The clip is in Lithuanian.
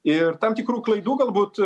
ir tam tikrų klaidų galbūt